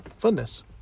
funness